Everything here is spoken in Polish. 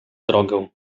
drogę